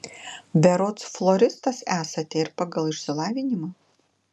berods floristas esate ir pagal išsilavinimą